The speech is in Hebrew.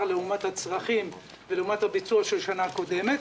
לעומת הצרכים ולעומת הביצוע של השנה הקודמת,